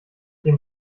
dem